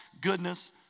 goodness